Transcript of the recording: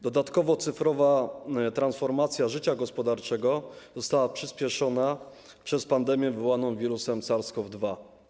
Dodatkowo cyfrowa transformacja życia gospodarczego została przyspieszona przez pandemię wywołaną wirusem SARS-CoV-2.